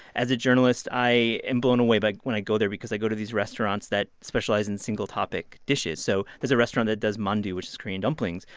as a journalist, i am blown away but when i go there because i go to these restaurants that specialize in single-topic dishes so there's a restaurant that does mandu, which are korean dumplings.